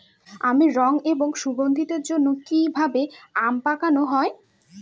আমের রং এবং সুগন্ধির জন্য কি ভাবে আম পাকানো হয়?